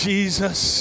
Jesus